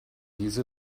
diese